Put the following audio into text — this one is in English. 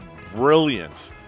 brilliant